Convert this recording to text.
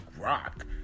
rock